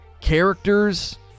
characters